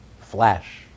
flash